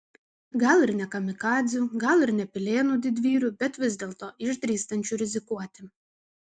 gal ir ne kamikadzių gal ir ne pilėnų didvyrių bet vis dėlto išdrįstančių rizikuoti